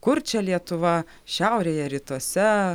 kur čia lietuva šiaurėje rytuose